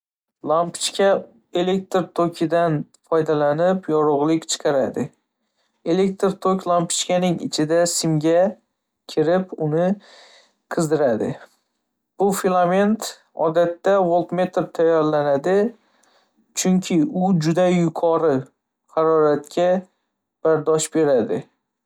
Lampochka elektr tokidan foydalanib yorug'lik chiqaradi. Elektr tok lampochkaning ichidagi simga kirib, uni qizdiradi. Bu filament odatda voltmetr tayyorlanadi, chunki u juda yuqori haroratga bardosh beradi.